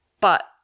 But-